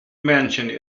mentioned